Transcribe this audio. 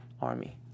army